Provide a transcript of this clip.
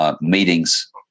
meetings